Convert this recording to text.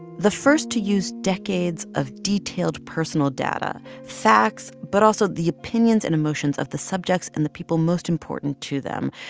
the first to use decades of detailed personal data, facts, but also the opinions and emotions of the subjects and the people most important to them,